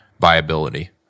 viability